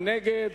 מי נגד?